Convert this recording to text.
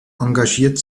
engagiert